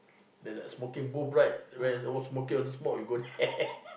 that like a smoking booth right when sm~ we smoke we also go there